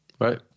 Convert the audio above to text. right